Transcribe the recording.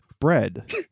bread